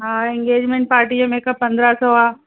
हा engagement party जो makeup पंद्रहं सौ आहे